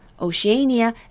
Oceania